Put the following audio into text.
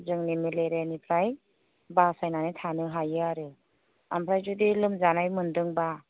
जोंनि मेलेरिया निफ्राय बासायनानै थानो हायो आरो ओमफ्राय जुदि लोमजानाय मोनदोंबा